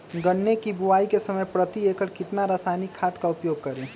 गन्ने की बुवाई के समय प्रति एकड़ कितना रासायनिक खाद का उपयोग करें?